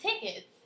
tickets